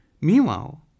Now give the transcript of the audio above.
Meanwhile